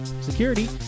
security